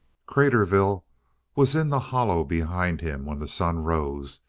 craterville was in the hollow behind him when the sun rose,